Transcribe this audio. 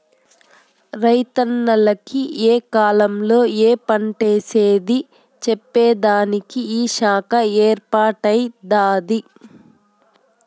రైతన్నల కి ఏ కాలంలో ఏ పంటేసేది చెప్పేదానికి ఈ శాఖ ఏర్పాటై దాది